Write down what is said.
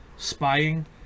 spying